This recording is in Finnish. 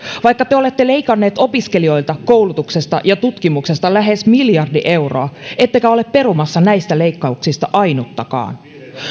vaikka te olette leikanneet opiskelijoilta koulutuksesta ja tutkimuksesta lähes miljardi euroa ettekä ole perumassa näistä leikkauksista ainuttakaan